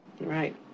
Right